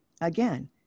again